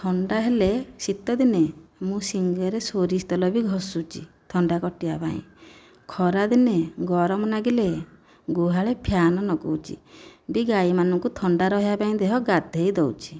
ଥଣ୍ଡା ହେଲେ ଶୀତ ଦିନେ ମୁଁ ଶିଙ୍ଗରେ ସୋରିଷ ତେଲ ବି ଘସୁଛି ଥଣ୍ଡା କଟିବା ପାଇଁ ଖରା ଦିନେ ଗରମ ଲାଗିଲେ ଗୁହାଳେ ଫ୍ୟାନ ଲଗାଉଛି ଦି ଗାଈ ମାନଙ୍କୁ ଥଣ୍ଡା ରଖିବା ପାଇଁ ଦେହ ଗାଧୋଇ ଦେଉଛି